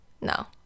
no